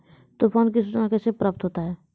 तुफान की सुचना कैसे प्राप्त होता हैं?